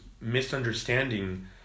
misunderstanding